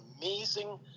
amazing